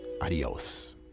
adios